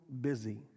busy